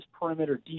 perimeter